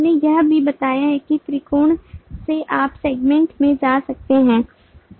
हमने यह भी बताया है कि त्रिकोण से आप सेगमेंट में जा सकते हैं